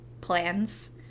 plans